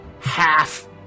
half